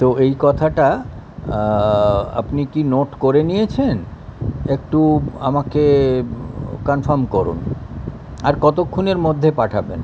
তো এই কথাটা আপনি কি নোট করে নিয়েছেন একটু আমাকে কনফার্ম করুন আর কতক্ষণের মধ্যে পাঠাবেন